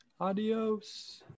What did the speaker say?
Adios